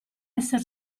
esser